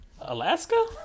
Alaska